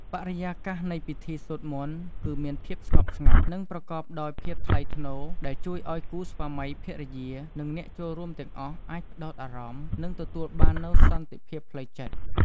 បរិយាកាសនៃពិធីសូត្រមន្ត គឺមានភាពស្ងប់ស្ងាត់ និងប្រកបដោយភាពថ្លៃថ្នូរ ដែលជួយឲ្យគូស្វាមីភរិយា និងអ្នកចូលរួមទាំងអស់អាចផ្តោតអារម្មណ៍ និងទទួលបាននូវសន្តិភាពផ្លូវចិត្ត។